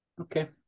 okay